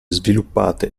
sviluppate